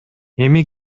эми